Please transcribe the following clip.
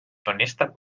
tunnistab